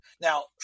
Now